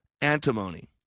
Antimony